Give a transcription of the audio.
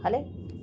हले